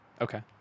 Okay